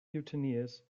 mutineers